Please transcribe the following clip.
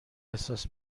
احساس